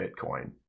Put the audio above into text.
bitcoin